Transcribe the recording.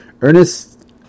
Ernest